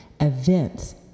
events